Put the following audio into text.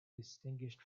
distinguished